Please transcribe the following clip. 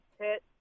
hit